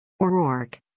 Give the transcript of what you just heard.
O'Rourke